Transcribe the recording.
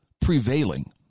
prevailing